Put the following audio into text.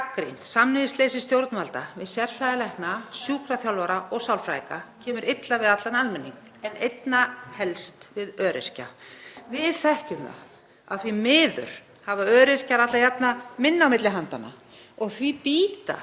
marggagnrýnt samningsleysi stjórnvalda við sérfræðilækna, sjúkraþjálfara og sálfræðinga kemur illa við allan almenning en einna helst við öryrkja. Við vitum að því miður hafa öryrkjar alla jafna minna á milli handanna og því bíta